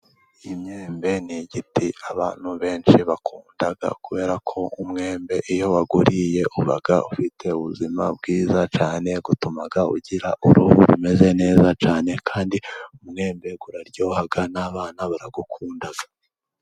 Imyembe ni igiti abantu benshi bakunda, kubera ko umwembe iyo wawuriye uba ufite ubuzima bwiza cyane, utuma ugira uruhu rumeze neza cyane, kandi umwembe uraryoha n'abana barawukunda.